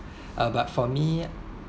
uh but for me